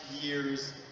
years